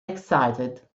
excited